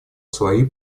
свои